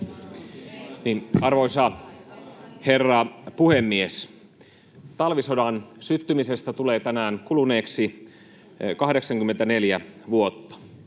Arvoisa herra puhemies! Talvisodan syttymisestä tulee tänään kuluneeksi 84 vuotta.